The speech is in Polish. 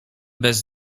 bez